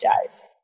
dies